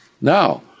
Now